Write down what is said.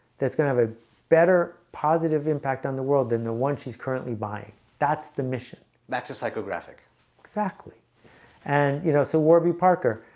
that's gonna have a better positive impact on the world than the one she's currently buying that's the mission back to psychographic exactly and you know so warby parker,